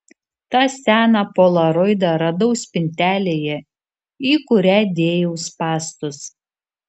tą seną polaroidą radau spintelėje į kurią dėjau spąstus